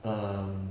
um